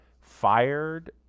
fired